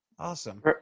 Awesome